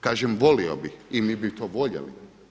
Kažem volio bih i mi bi to voljeli.